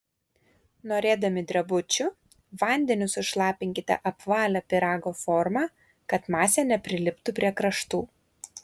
norėdami drebučių vandeniu sušlapinkite apvalią pyrago formą kad masė nepriliptų prie kraštų